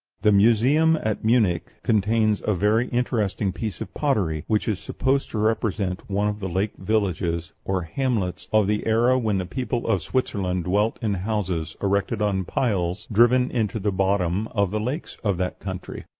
the museum at munich contains a very interesting piece of pottery, which is supposed to represent one of the lake villages or hamlets of the era when the people of switzerland dwelt in houses erected on piles driven into the bottom of the lakes of that country.